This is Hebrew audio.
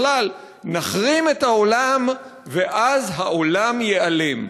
בכלל, נחרים את העולם, ואז העולם ייעלם.